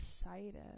excited